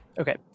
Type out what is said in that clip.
Okay